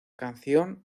canción